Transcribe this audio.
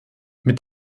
mit